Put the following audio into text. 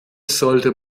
sollte